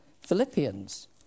Philippians